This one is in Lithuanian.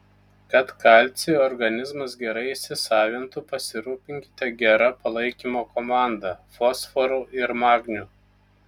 kad kalcį organizmas gerai įsisavintų pasirūpinkite gera palaikymo komanda fosforu ir magniu